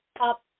up